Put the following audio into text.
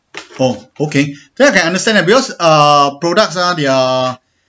oh okay then I can understand that because uh products ah their